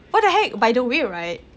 what the heck by the way right